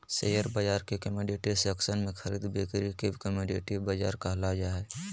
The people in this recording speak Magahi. शेयर बाजार के कमोडिटी सेक्सन में खरीद बिक्री के कमोडिटी बाजार कहल जा हइ